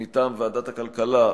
מטעם ועדת הכלכלה,